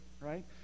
Right